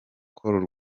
call